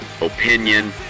opinion